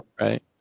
Right